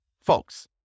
folks